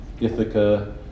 Ithaca